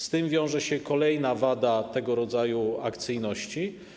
Z tym wiąże się kolejna wada tego rodzaju akcyjności.